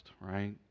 right